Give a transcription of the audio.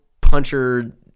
puncher